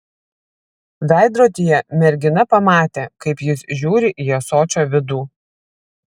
veidrodyje mergina pamatė kaip jis žiūri į ąsočio vidų